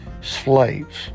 slaves